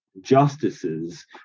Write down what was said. justices